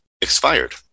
expired